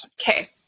Okay